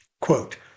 Quote